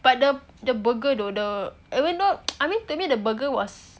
but the the burger though the I mean to me the burger was